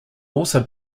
also